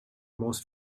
most